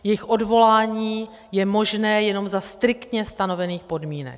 Jejich odvolání je možné jenom za striktně stanovených podmínek.